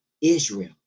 israel